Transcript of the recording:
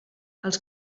els